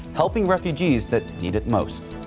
helping refugees that need it most.